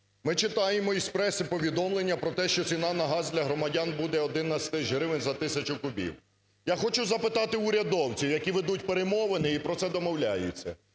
Ми читаємо з преси повідомлення про те, що ціна на газ для громадян буде 11 тисяч гривен за тисячу кубів. Я хочу запитати урядовців, які ведуть перемовини і про це домовляються,